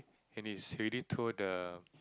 he's he already twirl the